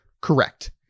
Correct